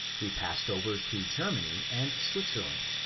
we passed over to grermany and switzerland.